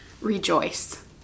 rejoice